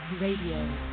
Radio